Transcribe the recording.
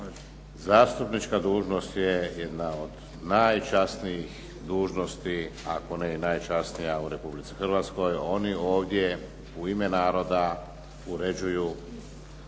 Zastupnička dužnost je jedna od najčasnijih dužnosti, ako ne i najčasnija u Republici Hrvatskoj. Oni ovdje u ime naroda uređuju